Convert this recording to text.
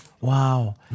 wow